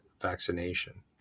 vaccination